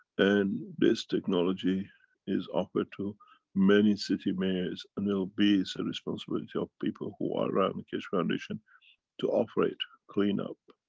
and this technology is offered to many city mayors and it'll be. it's a responsibility of people who are around the keshe foundation to offer it, clean up,